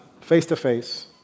face-to-face